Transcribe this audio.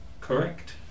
correct